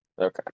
Okay